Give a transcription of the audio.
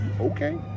okay